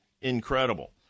incredible